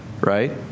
Right